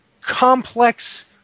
complex